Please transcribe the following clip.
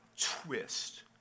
twist